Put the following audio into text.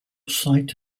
site